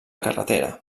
carretera